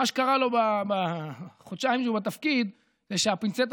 מה שקרה לו בחודשיים שהוא בתפקיד זה שהפינצטה